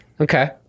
Okay